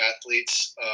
athletes